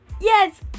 Yes